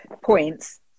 points